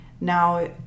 now